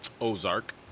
Ozark